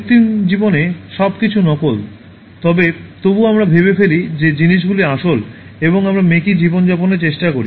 কৃত্রিম জীবনে সবকিছু নকল তবে তবুও আমরা ভেবে ফেলি যে জিনিসগুলি আসল এবং আমরা মেকি জীবন যাপনের চেষ্টা করি